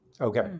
Okay